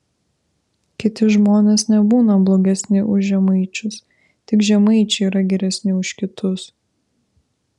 kiti žmonės nebūna blogesni už žemaičius tik žemaičiai yra geresni už kitus